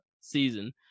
season